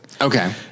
Okay